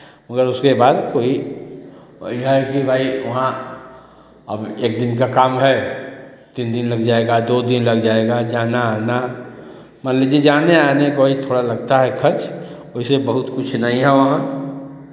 मगर उसके बाद कोई इ है कि भाई वहाँ अब एक दिन का काम है तीन दिन लग जाएगा दो दिन लग जाएगा जाना आना मान लीजिए जाने आने को ही थोड़ा लगता है खर्च वैसे बहुत कुछ नहीं है वहाँ